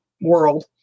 world